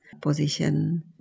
Position